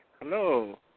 Hello